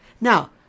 Now